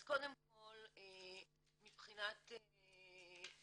אז קודם כל מבחינת התוקף